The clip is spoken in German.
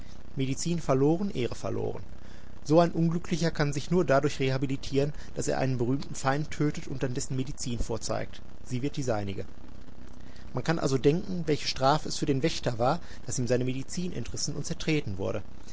medizin verloren ehre verloren so ein unglücklicher kann sich nur dadurch rehabilitieren daß er einen berühmten feind tötet und dann dessen medizin vorzeigt sie wird die seinige man kann also denken welche strafe es für den wächter war daß ihm seine medizin entrissen und zertreten wurde